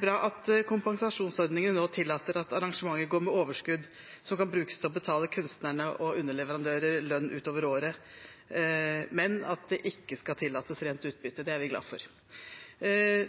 bra at kompensasjonsordningen nå tillater at arrangementer går med overskudd som kan brukes til å betale kunstnerne og underleverandører lønn utover året. Men at det ikke skal tillates rent utbytte, er vi glad for.